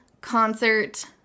concert